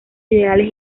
ideales